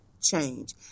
change